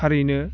थारैनो